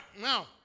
now